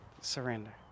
surrender